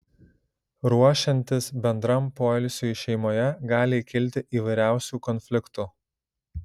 ruošiantis bendram poilsiui šeimoje gali kilti įvairiausių konfliktų